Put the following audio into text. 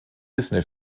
disney